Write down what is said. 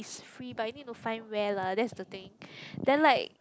free but you need to find where lah that's the thing then like